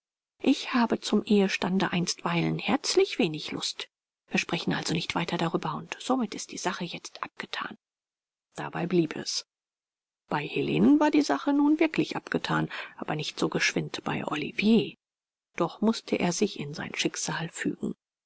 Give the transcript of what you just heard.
ich habe zum ehestande einstweilen herzlich wenig lust wir sprechen also nicht weiter darüber und somit ist die sache jetzt abgethan dabei blieb es bei helenen war die sache nun wirklich abgethan aber nicht so geschwind bei olivier doch mußte er sich in sein schicksal fügen